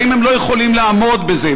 האם הם לא יכולים לעמוד בפני זה?